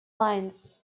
lines